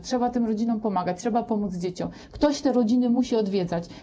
Trzeba tym rodzinom pomagać, trzeba pomóc dzieciom, ktoś te rodziny musi odwiedzać.